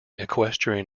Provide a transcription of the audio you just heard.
equestrian